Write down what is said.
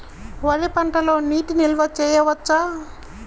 వరి పంటలో నీటి నిల్వ చేయవచ్చా?